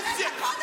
זה מה שהם אדוני.